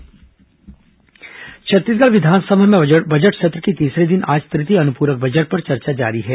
विस अनुपूरक बजट चर्चा छत्तीसगढ़ विधानसभा में बजट सत्र के तीसरे दिन आज तृतीय अनुपूरक बजट पर चर्चा जारी है